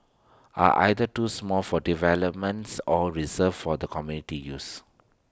are either too small for developments or reserved for the community use